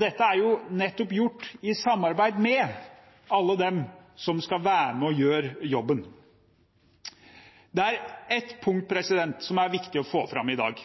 Dette er gjort nettopp i samarbeid med alle dem som skal være med og gjøre jobben. Det er ett punkt som er viktig å få fram i dag.